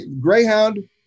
Greyhound